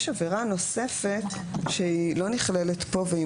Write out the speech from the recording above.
יש עבירה נוספת שהיא לא נכללת כאן והיא